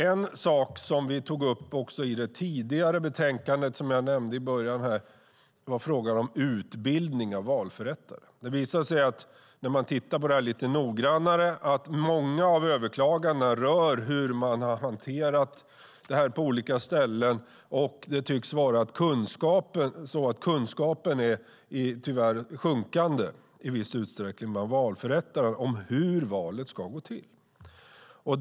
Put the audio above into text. En sak som vi tog upp också i det tidigare betänkandet, som jag nämnde i början, är frågan om utbildning av valförrättare. När man tittar på detta lite noggrannare visar det sig att många av överklagandena rör hur man har hanterat detta på olika ställen. Det tycks vara så att kunskapen bland valförrättare om hur valet ska gå till tyvärr är sjunkande i viss utsträckning.